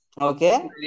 Okay